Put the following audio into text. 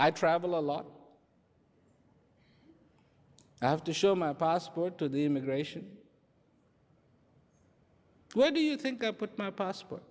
i travel a lot i have to show my passport to the immigration where do you think i put my passport